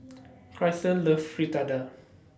Krystle loves Fritada